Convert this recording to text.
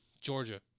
Georgia